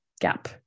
gap